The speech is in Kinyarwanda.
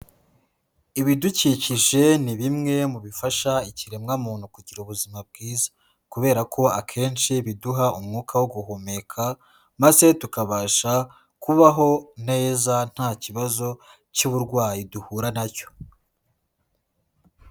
Ibidukikije ni bimwe mu bifasha ikiremwamuntu kugira ubuzima bwiza. Kubera ko akenshi biduha umwuka wo guhumeka maze tukabasha kubaho neza nta kibazo cy'uburwayi duhura na cyo.